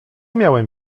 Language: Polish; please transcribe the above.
miałem